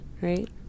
right